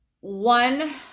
one